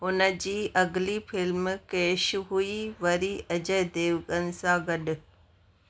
हुन जी अॻिली फिल्म कैश हुई वरी अजय देवगन सां गॾु